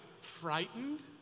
frightened